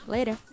Later